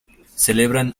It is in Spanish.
celebran